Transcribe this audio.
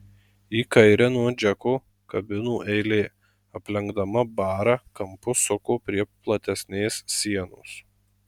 į kairę nuo džeko kabinų eilė aplenkdama barą kampu suko prie platesnės sienos